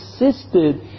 insisted